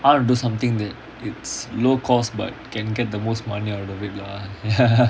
I want to do something that is low cost but can get the most money out of it lah